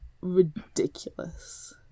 ridiculous